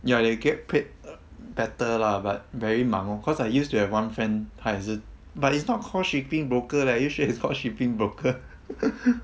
ya they get paid uh better lah but very 忙 lor cause I used to have one friend 他也是 but it's not called shipping broker leh are you sure it's called shipping broker